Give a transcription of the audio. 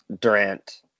durant